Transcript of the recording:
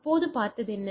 இப்போது பார்த்தது என்ன